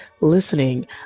listening